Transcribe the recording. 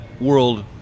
world